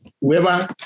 Whoever